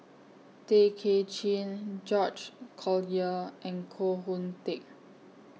Tay Kay Chin George Collyer and Koh Hoon Teck